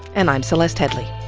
and i'm celeste headlee.